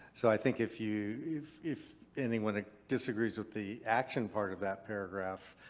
so i think if you. if if anyone disagrees with the action part of that paragraph,